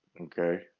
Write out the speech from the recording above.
Okay